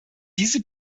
diese